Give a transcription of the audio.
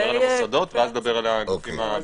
נדבר על מוסדות ואז על הגופים הביצועיים.